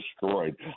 destroyed